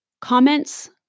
Comments